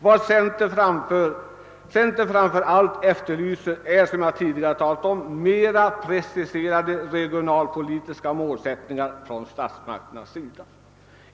Vad centern framför allt efterlyser är, som jag tidigare sagt, mera preciserade regionalpolitiska målsättningar från statsmakternas sida.